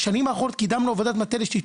ובעצם לא קיימנו על זה דיון.